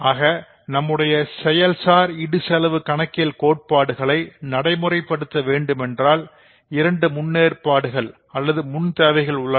ஆக நம்முடைய செயல்சார் இடுசெலவு கணக்கியல் கோட்பாடுகளை நடைமுறைப்படுத்த வேண்டும் என்றால் இரண்டு முன்னேற்பாடுகள் அல்லது முன் தேவைகள் உள்ளன